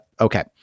Okay